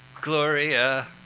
Gloria